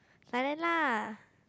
Thailand lah